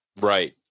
Right